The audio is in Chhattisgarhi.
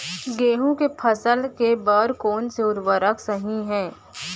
गेहूँ के फसल के बर कोन से उर्वरक सही है?